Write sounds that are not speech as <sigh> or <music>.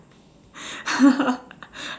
<laughs>